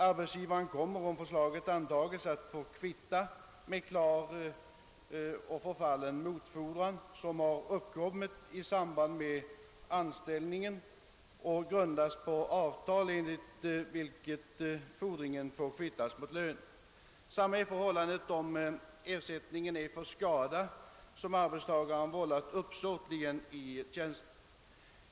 Arbetsgivaren kommer, om förslaget antas, att få kvitta mot klar och förfallen motfordran som uppkommit i samband med anställningen och som grundas på avtal enligt vilket fordringen får kvittas mot lön. Samma är förhållandet när det gäller ersättning för skada som arbetstagaren vållat uppsåtligen i tjänsten.